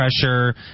pressure